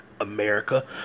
America